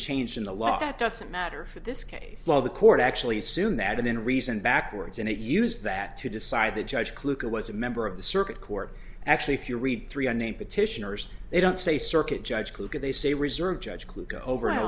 changed in the law that doesn't matter for this case well the court actually assume that in reason backwards and use that to decide the judge kluger was a member of the circuit court actually if you read three hundred petitioners they don't say circuit judge who could they say reserve judge who go over and